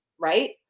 right